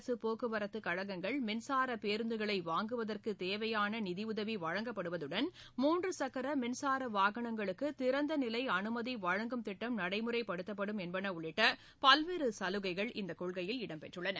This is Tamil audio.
அரசு போக்குவரத்துக் கழகங்கள் மின்சார பேருந்துகளை வாங்குவதற்கு தேவையான நிதி உதவி வழங்கப்படுவதுடன் மூன்று சக்கர மின்சார வாகனங்களுக்கு திறந்த நிலை அனுமதி வழங்கும் திட்டம் நடைமுறைப்படுத்தப்படும் என்பன உள்ளிட்ட பல்வேறு சலுகைகள் இந்த கொள்கையில் இடம்பெற்றுள்ளன